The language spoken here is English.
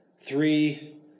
three